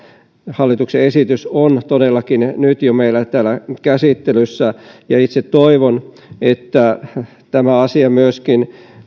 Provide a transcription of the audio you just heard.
hallituksen esitys on todellakin jo nyt meillä täällä käsittelyssä itse toivon että tämä asia myöskin